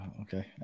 Okay